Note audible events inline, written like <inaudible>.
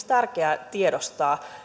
<unintelligible> tärkeää tiedostaa